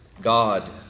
God